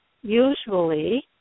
usually